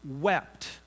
wept